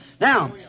Now